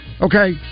okay